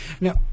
Now